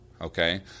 Okay